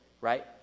right